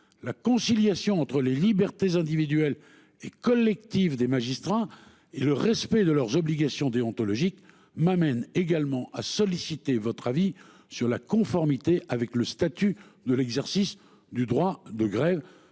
la conciliation entre les libertés individuelles et collectives des magistrats et le respect de leurs obligations déontologiques m'amène également à solliciter votre avis sur la conformité avec le statut de l'exercice du droit de grève,